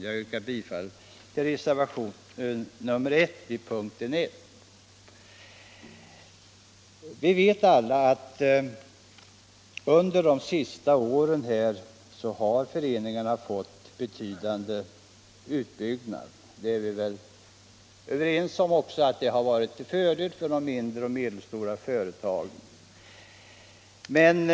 Jag yrkar därför bifall till reservationen 1 vid punkten I. Vi vet alla att under de senaste åren har det skett en betydande utbyggnad av föreningarna. Att detta har varit till fördel för de mindre och medelstora företagen är vi väl överens om.